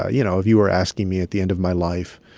ah you know, if you are asking me at the end of my life,